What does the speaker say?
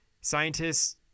scientists